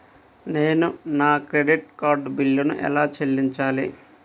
నేను నా credit card బిల్లును ఎలా చెల్లించాలీ?